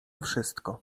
wszystko